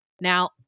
Now